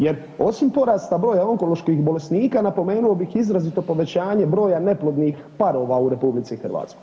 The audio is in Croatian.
Jer osim porasta broja onkoloških bolesnika napomenuo bih izrazito povećanje broja neplodnih parova u RH.